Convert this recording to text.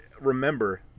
remember